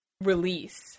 release